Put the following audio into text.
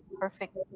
perfect